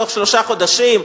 בתוך שלושה חודשים,